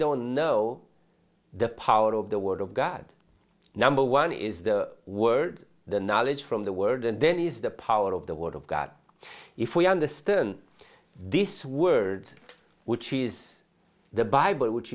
don't know the power of the word of god number one is the word the knowledge from the word and then is the power of the word of god if we understand this word which is the bible which